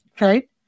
right